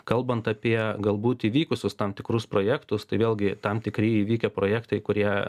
kalbant apie galbūt įvykusius tam tikrus projektus tai vėlgi tam tikri įvykę projektai kurie